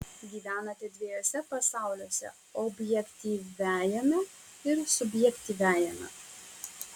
gyvenate dviejuose pasauliuose objektyviajame ir subjektyviajame